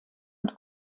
und